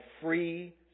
free